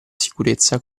sicurezza